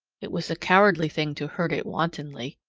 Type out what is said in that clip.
it was a cowardly thing to hurt it wantonly.